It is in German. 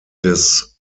des